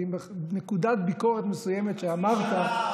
ונקודת ביקורת מסוימת שאמרת,